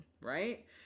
right